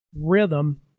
rhythm